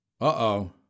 Uh-oh